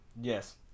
Yes